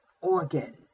organ